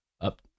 up